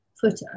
footer